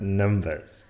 numbers